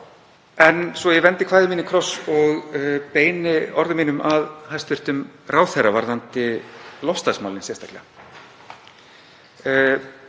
Svo ég vendi kvæði mínu í kross og beini orðum mínum að hæstv. ráðherra varðandi loftslagsmálin sérstaklega: